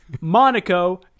Monaco